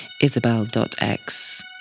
Isabel.x